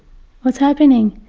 what's happening?